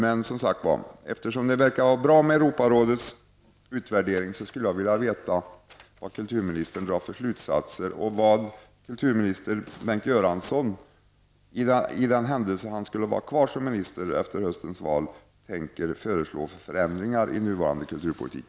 Men som sagt var: Eftersom det verkar vara bra med Europarådets utvärdering, skulle jag vilja veta vad kulturministern drar för slutsatser och vad Bengt Göransson, i den händelse han skulle vara kvar som kulturminister efter höstens val, tänker föreslå för förändringar i nuvarande kulturpolitik.